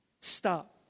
Stop